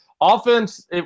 Offense